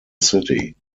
city